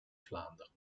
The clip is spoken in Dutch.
vlaanderen